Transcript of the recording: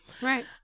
Right